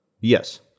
Yes